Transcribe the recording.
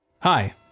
Hi